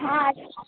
हाँ अच्छा